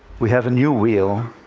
we have a new wheel.